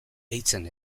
deitzen